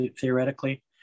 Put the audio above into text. theoretically